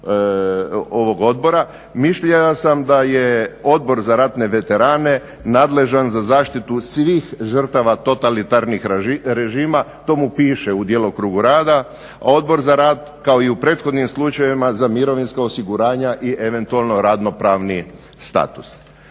ovog Odbora mišljenja sam da je Odbor za ratne veterane nadležan za zaštitu svih žrtava totalitarnih režima, to mu piše u djelokrugu rada, a Odbor za rad kao i u prethodnim slučajevima za mirovinska osiguranja i eventualno radnopravni status.